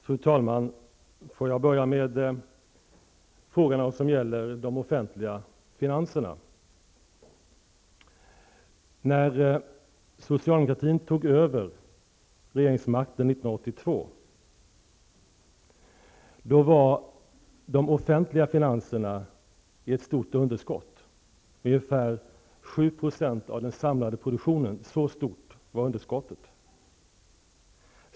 Fru talman! Jag börjar med att ta upp frågan om de offentliga finanserna. 1982 var det när det gäller de offentliga finanserna ett stort underskott -- ungefär 7 % av den samlade produktionen. Så stort var alltså underskottet.